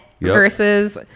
versus